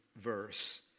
verse